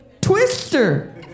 twister